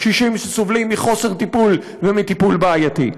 קשישים שסובלים מחוסר טיפול ומטיפול בעייתי.